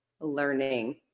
learning